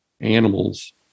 animals